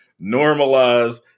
normalize